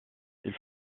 ils